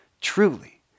truly